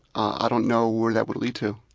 i don't know where that would lead to.